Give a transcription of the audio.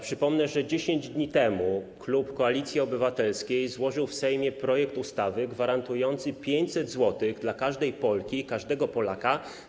Przypomnę, że 10 dni temu klub Koalicji Obywatelskiej złożył w Sejmie projekt ustawy gwarantującej 500 zł na wyjazd turystyczny dla każdej Polki i każdego Polaka.